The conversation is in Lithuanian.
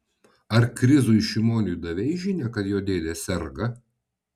ar krizui šimoniui davei žinią kad jo dėdė serga